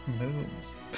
moves